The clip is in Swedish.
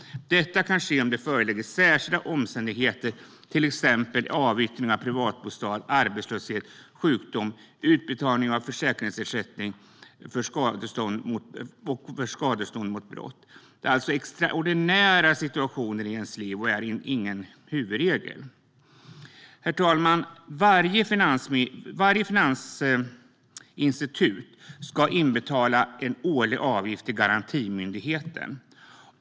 Det senare kan ske om det föreligger särskilda omständigheter, till exempel avyttring av privatbostad, arbetslöshet, sjukdom och utbetalning av försäkringsersättning för skadestånd vid brott. Det handlar alltså om extraordinära situationer i livet och är ingen huvudregel. Herr talman! Varje finansinstitut ska inbetala en årlig avgift till garantimyndigheten.